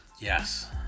Yes